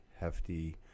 hefty